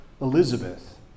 Elizabeth